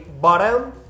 bottom